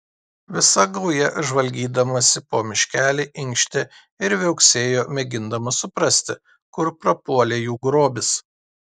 visa gauja žvalgydamasi po miškelį inkštė ir viauksėjo mėgindama suprasti kur prapuolė jų grobis